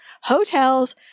hotels